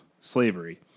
slavery